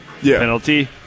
penalty